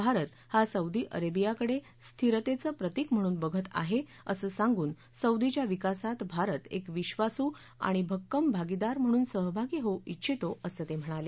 भारत हा सौदी अरेबियाकडे स्थिरतेचं प्रतिक म्हणून बघत आहे असं सांगून सौदीच्या विकासात भारत एक विक्वासू आणि भक्कम भागीदार म्हणून सहभागी होऊ ष्छितो असं ते म्हणाले